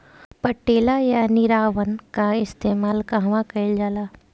पटेला या निरावन का इस्तेमाल कहवा कइल जाला?